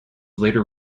later